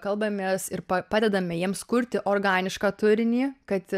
kalbamės ir padedame jiems kurti organišką turinį kad